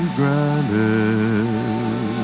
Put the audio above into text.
granted